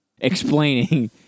Explaining